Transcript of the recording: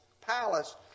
palace